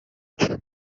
him